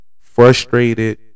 frustrated